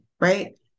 right